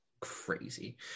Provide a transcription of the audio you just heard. Crazy